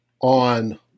on